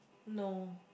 no